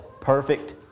perfect